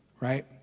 Right